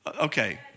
Okay